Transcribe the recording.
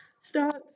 starts